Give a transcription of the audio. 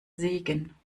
segen